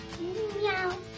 Meow